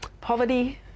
poverty